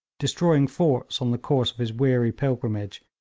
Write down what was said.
destroying forts on the course of his weary pilgrimage,